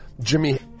Jimmy –